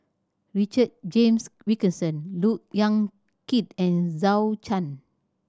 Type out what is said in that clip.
Richard James Wilkinson Look Yan Kit and